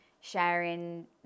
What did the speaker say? sharing